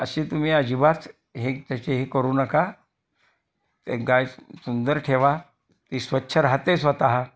अशी तुम्ही अजिबात हे तसं हे करू नका ते गाय सुंदर ठेवा ती स्वच्छ राहते स्वत